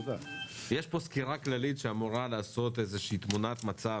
יש פה סקירה כללית שאמורה לתת תמונה כללית,